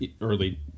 early